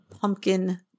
pumpkin